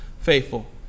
faithful